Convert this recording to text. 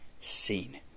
seen